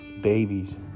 Babies